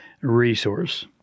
resource